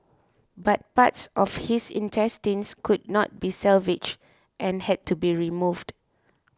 but parts of his intestines could not be salvaged and had to be removed